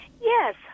Yes